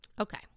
Okay